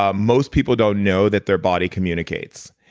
ah most people don't know that their body communicates.